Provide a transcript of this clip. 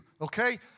okay